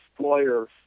players